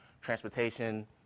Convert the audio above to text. transportation